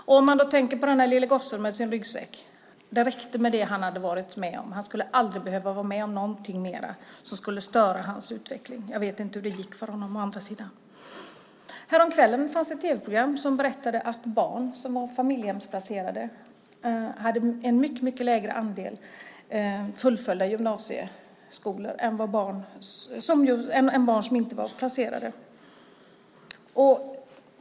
Om man tänker på den lille gossen med sin ryggsäck räckte det med det som han hade varit med om. Han skulle aldrig behöva vara med om något mer som skulle störa hans utveckling. Jag vet inte hur det gick för honom. Häromkvällen var det ett tv-program som berättade att barn som var familjehemsplacerade hade en mycket lägre andel fullföljda gymnasieutbildningar än barn som inte var placerade.